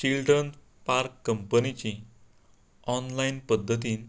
children park कंपनीची online पध्दतीन